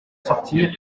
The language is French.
sortir